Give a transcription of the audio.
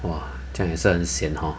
!wah! 这样也是很 sian hor